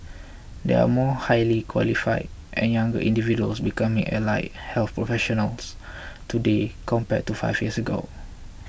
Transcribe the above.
there are more highly qualified and younger individuals becoming allied health professionals today compared to five years ago